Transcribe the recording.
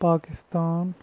Pakistan